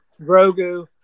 Grogu